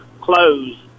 close